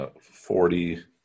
forty